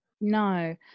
No